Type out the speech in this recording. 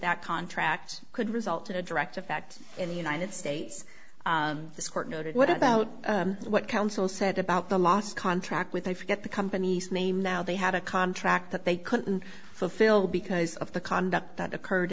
that contract could result in a direct effect in the united states this court noted what about what counsel said about the last contract with a forget the company's name now they had a contract that they couldn't fulfill because of the conduct that occurred